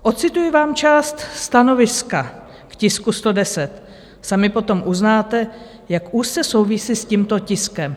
Ocituji vám část stanoviska k tisku 110, sami potom uznáte, jak úzce souvisí s tímto tiskem.